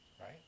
Right